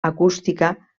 acústica